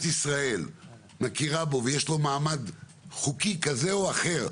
ישראל מכירה בו ויש לו מעמד חוקי כזה או אחר,